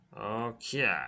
Okay